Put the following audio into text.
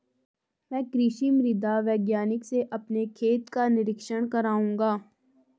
मैं कृषि मृदा वैज्ञानिक से अपने खेत का निरीक्षण कराऊंगा